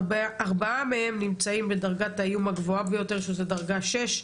ארבעה מהם נמצאים בדרגת האיום הגבוהה ביותר שזה דרגה שש,